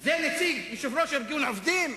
זה יושב-ראש ארגון עובדים?